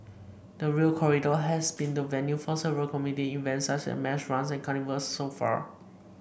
the Rail Corridor has been the venue for several community events such as mass runs and carnivals so far